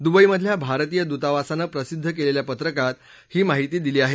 दुबईमधल्या भारतीय दूतावासानं प्रसिद्ध केलेल्या पत्रकात ही माहिती दिली आहे